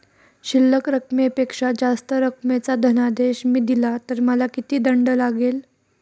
शिल्लक रकमेपेक्षा जास्त रकमेचा धनादेश मी दिला तर मला किती दंड लागेल?